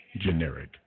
generic